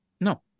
No